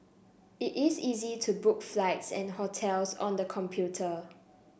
it is easy to book flights and hotels on the computer